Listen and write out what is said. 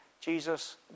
Jesus